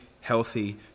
healthy